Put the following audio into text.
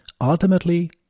Ultimately